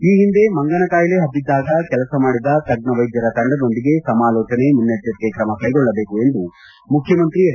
ಈ ಹಿಂದೆ ಮಂಗನ ಕಾಯಿಲೆ ಪಬ್ಬಿದ್ದಾಗ ಕೆಲಸ ಮಾಡಿದ ತಜ್ಞ ವೈದ್ಯರ ತಂಡದೊಂದಿಗೆ ಸಮಾಲೋಚಿಸಿ ಮುನ್ನೆಚ್ಚರಿಕೆ ತ್ರಮ ಕೈಗೊಳ್ಳಬೇಕು ಎಂದು ಮುಖ್ಯಮಂತ್ರಿ ಹೆಚ್